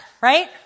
right